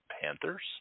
Panthers